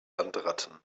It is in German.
landratten